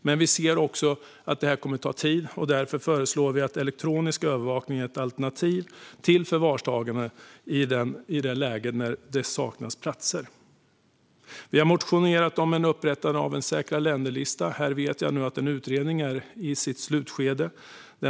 Men vi ser att det kommer att ta tid, och därför föreslår vi elektronisk övervakning som ett alternativ till förvarstagande när det saknas platser. Vi har motionerat om upprättandet av en säkra-länder-lista. Här vet jag att en utredning är i sitt slutskede.